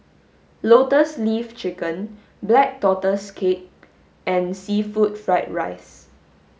lotus leaf chicken black tortoise cake and seafood fried rice